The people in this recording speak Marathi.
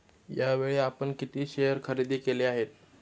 यावेळी आपण किती शेअर खरेदी केले आहेत?